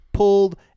Pulled